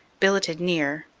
billeted near,